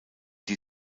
die